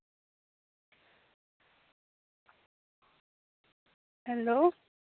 hello